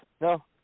no